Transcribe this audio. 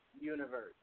universe